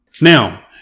Now